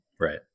Right